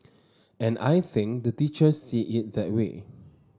and I think the teachers see it that way